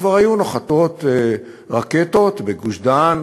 כבר היו נוחתות רקטות בגוש-דן,